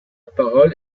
parole